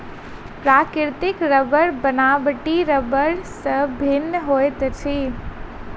प्राकृतिक रबड़ बनावटी रबड़ सॅ भिन्न होइत अछि